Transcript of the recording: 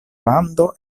lando